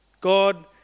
God